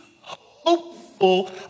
hopeful